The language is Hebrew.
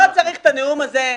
אז לא צריך את הנאום הזה.